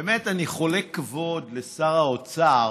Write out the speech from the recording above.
באמת אני רוחש כבוד לשר האוצר